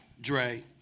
Dre